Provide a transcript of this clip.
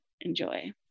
enjoy